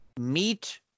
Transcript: meet